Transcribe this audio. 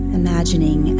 imagining